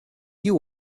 you